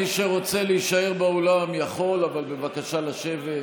מי שרוצה להישאר באולם יכול, אבל בבקשה לשבת.